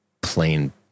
plain